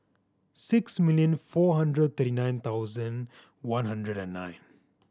six million four hundred thirty nine thousand one hundred and nine